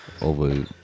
over